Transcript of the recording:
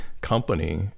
company